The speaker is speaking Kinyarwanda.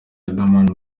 riderman